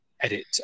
edit